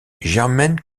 germaine